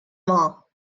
war